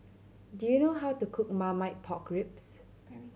do you know how to cook Marmite Pork Ribs